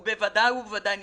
הוא בוודאי ובוודאי נדרש,